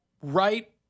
right